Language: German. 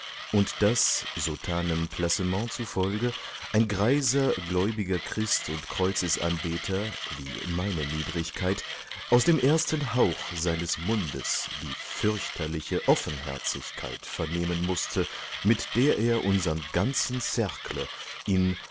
und daß sotanem placement zufolge ein greiser gläubiger christ und kreuzesanbeter wie meine niedrigkeit aus dem ersten hauch seines mundes die fürchterliche offenherzigkeit vernehmen mußte mit der er unsern ganzen cercle in